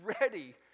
ready